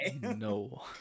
No